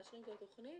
מאשרים את התוכנית.